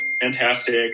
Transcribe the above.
fantastic